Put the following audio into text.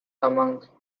amongst